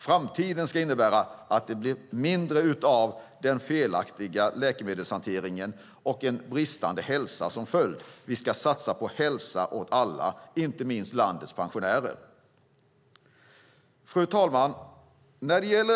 Framtiden ska innebära att det blir mindre av den felaktiga läkemedelshanteringen med en bristande hälsa som följd. Vi ska satsa på hälsa åt alla, inte minst landets pensionärer. Fru talman!